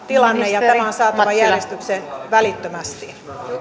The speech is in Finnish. tilanne ja tämä on saatava järjestykseen välittömästi